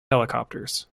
helicopters